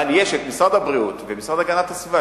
אבל יש את משרד הבריאות ואת המשרד להגנת הסביבה,